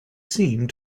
seemed